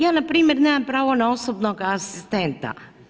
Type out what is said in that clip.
Ja npr. nemam pravo na osobnog asistenta.